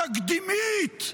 התקדימית,